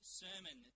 sermon